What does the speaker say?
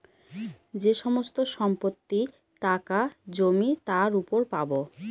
যে সমস্ত সম্পত্তি, টাকা, জমি তার উপর পাবো